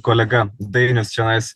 kolega dainius čionais